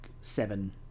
seven